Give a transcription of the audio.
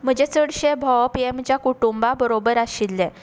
म्हजें चडशें भोंवप हें म्हजें कुटूंबा बरोबर आशिल्लें